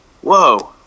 Whoa